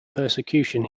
persecution